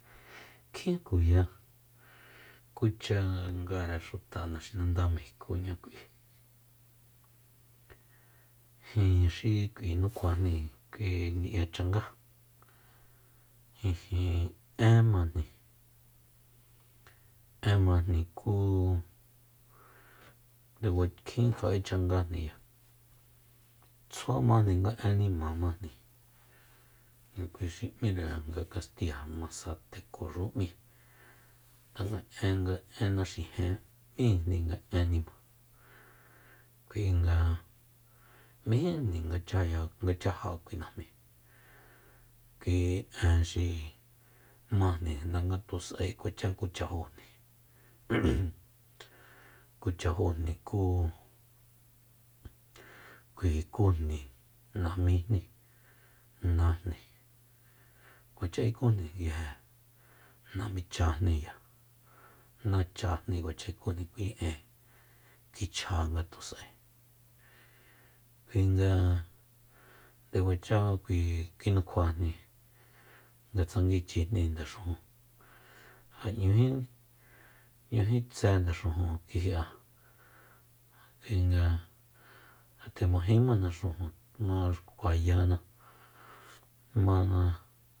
Kjin tkuya kucha ngare xuta naxinanda mejikoñá jin xi k'ui nukjuajni k'ui ni'ya changá én majni én majni ku nde kua tjin kja'echa ngajniya tsjua majni nga én nima majni ja kui xi m'íre nga kastiya masateko xu m'íre tanga en- en naxijen m'íjni nga en nima kuinga mejíjni nga chaya nga chaja kui najmi kui en xi majni ndangatus'ae kuacha kuchajójni kuchajójni ku kui ikujni namijni najni kuacha ikujni namichajniya nachajni kuacha ikujni kui en kichja ngatus'ae kuinga nde kuacha kinukjuajni nga tsanguichijni ndaxujun ja 'ñúji tse ndaxujun kiji'an kuinga ja nde majimana xujun maxkuayana mana